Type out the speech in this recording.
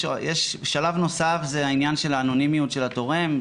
יש שלב נוסף שזה העניין של האנונימיות של התורם,